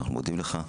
ואנחנו מודים לך.